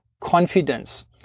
confidence